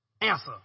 answer